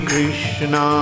Krishna